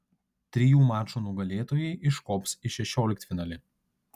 trijų mačų nugalėtojai iškops į šešioliktfinalį